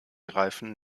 reifen